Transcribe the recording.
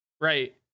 right